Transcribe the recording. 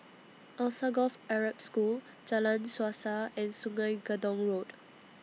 Alsagoff Arab School Jalan Suasa and Sungei Gedong Road